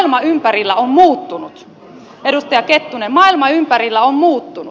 maailma ympärillä on muuttunut edustaja kettunen maailma ympärillä on muuttunut